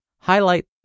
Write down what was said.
highlight